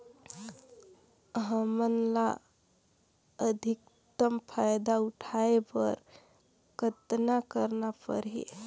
हमला अधिकतम फायदा उठाय बर कतना करना परही?